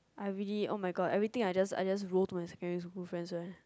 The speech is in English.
I really oh my god everything I just I just go to my secondary school friend first